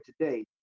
today